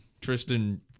Tristan